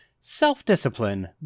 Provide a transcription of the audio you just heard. self-discipline